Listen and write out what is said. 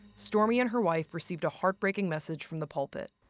stormie and her wife received a heartbreaking message from the pulpit.